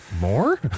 More